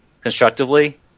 constructively